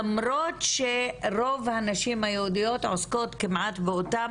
למרות שרוב הנשים היהודיות עוסקות כמעט באותם